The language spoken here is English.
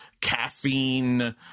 caffeine